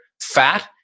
fat